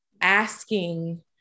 asking